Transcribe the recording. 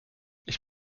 ich